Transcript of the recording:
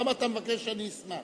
למה אתה מבקש שאני אשמח?